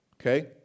okay